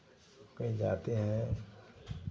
कहीं जाते हैं